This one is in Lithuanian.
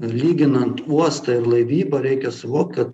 lyginant uostą ir laivybą reikia suvokt kad